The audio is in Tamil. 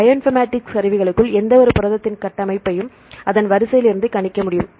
பயோ இன்ஃபர்மேடிக்ஸ் கருவிகளுக்குள் எந்தவொரு புரதத்தின் கட்டமைப்பையும் அதன் வரிசையிலிருந்து கணிக்க முடியும்